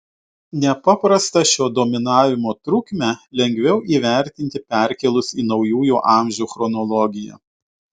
nepaprastą šio dominavimo trukmę lengviau įvertinti perkėlus į naujųjų amžių chronologiją